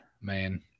man